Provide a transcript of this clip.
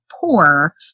poor